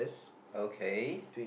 okay